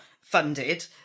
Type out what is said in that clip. funded